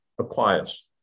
Acquires